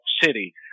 city